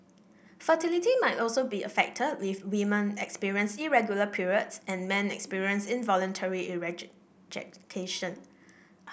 fertility may also be affected if women experience irregular periods and men experience involuntary